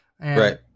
Right